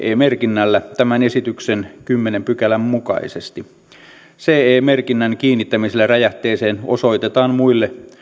merkinnällä tämän esityksen kymmenennen pykälän mukaisesti ce merkinnän kiinnittämisellä räjähteeseen osoitetaan muille